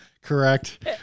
Correct